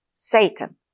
Satan